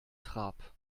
trab